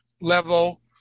level